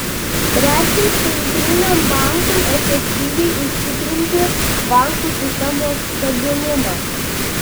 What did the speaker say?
trečia centriniam bankui efektyviai užtikrinti bankų sistemos stabilumą